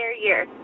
year